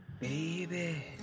Baby